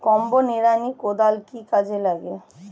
Combo নিড়ানি কোদাল কি কাজে লাগে?